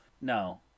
No